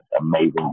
amazing